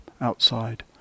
outside